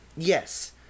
Yes